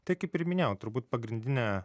tai kaip ir minėjau turbūt pagrindinė